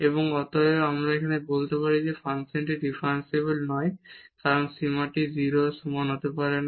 এবং অতএব আমরা এখন বলতে পারি যে ফাংশনটি ডিফারেনশিবল নয় কারণ এই সীমাটি 0 এর সমান হতে পারে না